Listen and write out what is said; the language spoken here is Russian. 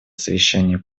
совещания